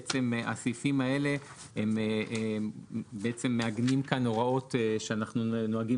הסעיפים האלה מעגנים כאן הוראות שאנחנו נוהגים